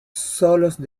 solos